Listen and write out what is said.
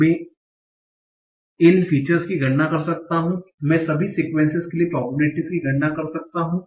मैं इन फीचर्स की गणना कर सकता हूं मैं सभी सीक्वेंसेस के लिए प्रोबेबिलिटीस की गणना कर सकता हूं